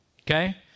okay